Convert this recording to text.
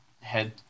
head